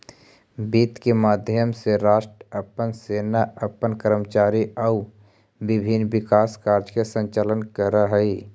वित्त के माध्यम से राष्ट्र अपन सेना अपन कर्मचारी आउ विभिन्न विकास कार्य के संचालन करऽ हइ